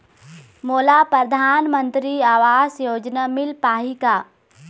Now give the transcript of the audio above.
मोला परधानमंतरी आवास योजना मिल पाही का?